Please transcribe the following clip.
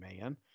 man